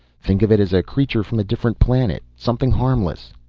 think of it as a creature from a different planet, something harmless.